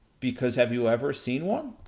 because, have you ever seen one,